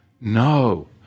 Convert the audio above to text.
No